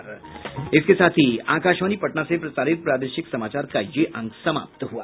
इसके साथ ही आकाशवाणी पटना से प्रसारित प्रादेशिक समाचार का ये अंक समाप्त हुआ